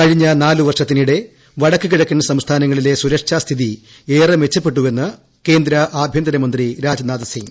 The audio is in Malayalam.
കഴിഞ്ഞ നാല് വർഷത്തിനിടെ വടക്കു കിഴക്കൻ സംസ്ഥാനങ്ങളിലെ സുരക്ഷാ സ്ഥിതി ഏറെ മെച്ചപ്പെട്ടുവെന്ന് കേന്ദ്രആഭ്യന്തരമന്ത്രി രാജ്നാഥ് സിംഗ്